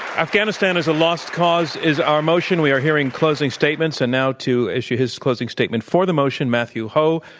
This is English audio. afghanistan is a lost cause is our motion. we are hearing closing statements. and now to issue his closing statement for the motion, matthew hoh,